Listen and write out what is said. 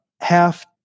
half